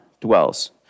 dwells